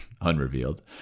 unrevealed